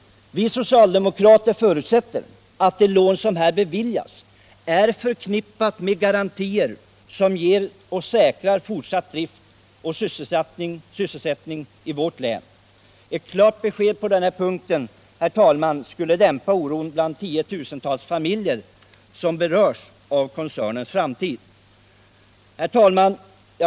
Vi socialdemokrater förutsätter att det lån som beviljats är förknippat med garantier som säkrar fortsatt drift och sysselsättning i vårt län. Ett klart besked på den här punkten skulle dämpa oron bland tiotusentals familjer som berörs av koncernens framtid. Herr talman!